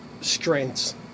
strengths